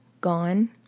gone